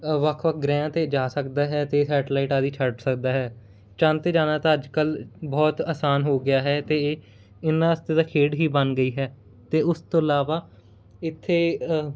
ਵੱਖ ਵੱਖ ਗ੍ਰਹਿਆਂ 'ਤੇ ਜਾ ਸਕਦਾ ਹੈ ਅਤੇ ਸੈਟਲਾਈਟ ਆਦਿ ਛੱਡ ਸਕਦਾ ਹੈ ਚੰਦ 'ਤੇ ਜਾਣਾ ਤਾਂ ਅੱਜ ਕੱਲ੍ਹ ਬਹੁਤ ਆਸਾਨ ਹੋ ਗਿਆ ਹੈ ਅਤੇ ਇਹ ਇਹਨਾਂ ਵਾਸਤੇ ਤਾਂ ਖੇਡ ਹੀ ਬਣ ਗਈ ਹੈ ਅਤੇ ਉਸ ਤੋਂ ਇਲਾਵਾ ਇੱਥੇ